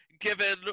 given